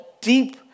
deep